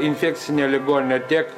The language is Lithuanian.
infekcinė ligoninė tiek